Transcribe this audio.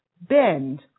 bend